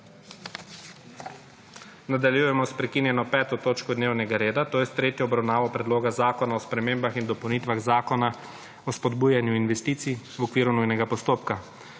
Nadaljujemo s **prekinjeno 5. točko dnevnega reda, to je s tretjo obravnavo Predloga zakona o spremembah in dopolnitvah Zakona o spodbujanju investicij v okviru nujnega postopka.**